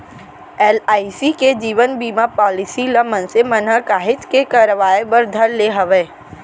LIC के जीवन बीमा पॉलीसी ल मनसे मन ह काहेच के करवाय बर धर ले हवय